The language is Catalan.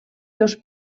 dos